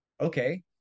Okay